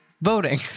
Voting